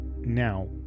Now